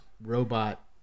robot